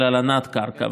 של הלנת קרקע,